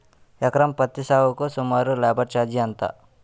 ఎకరం పత్తి సాగుకు సుమారు లేబర్ ఛార్జ్ ఎంత?